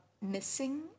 missing